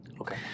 Okay